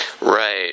Right